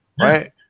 right